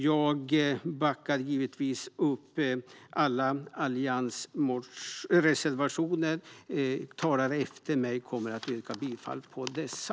Jag backar givetvis upp alla Alliansens reservationer; talare efter mig kommer att yrka bifall till dessa.